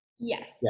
Yes